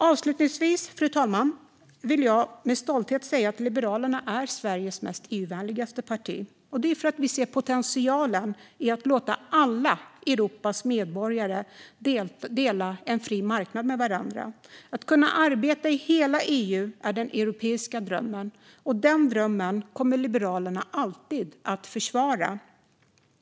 Avslutningsvis, fru talman, vill jag med stolthet säga att Liberalerna är Sveriges mest EU-vänliga parti, och det är för att vi ser potentialen i att låta alla Europas medborgare dela en fri marknad med varandra. Att kunna arbeta i hela EU är den europeiska drömmen, och den drömmen kommer Liberalerna alltid att försvara.